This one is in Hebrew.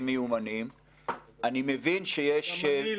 אני מיד אדאג לשתף.